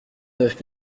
neuf